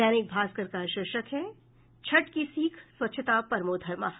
दैनिक भास्कर का शीर्षक है छठ की सीख स्वच्छता परमो धर्मः